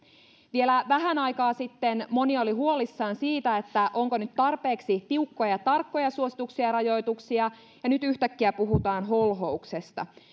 vielä vähän aikaa sitten moni oli huolissaan siitä onko nyt tarpeeksi tiukkoja ja tarkkoja suosituksia ja rajoituksia ja nyt yhtäkkiä puhutaan holhouksesta